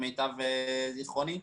למיטב זכרוני,